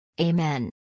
Amen